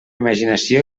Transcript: imaginació